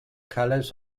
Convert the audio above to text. colors